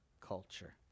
culture